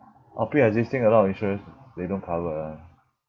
orh pre-existing a lot of insurance they don't cover [one]